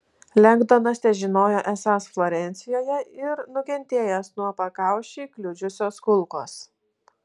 lengdonas težinojo esąs florencijoje ir nukentėjęs nuo pakaušį kliudžiusios kulkos